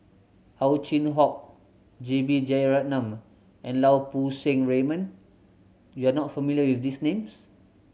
Ow Chin Hock J B Jeyaretnam and Lau Poo Seng Raymond you are not familiar with these names